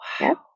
Wow